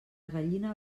gallina